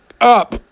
up